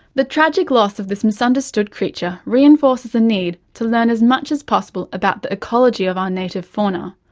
the tragic loss of this misunderstood creature reinforces the need to learn as much as possible about the ecology of our native fauna,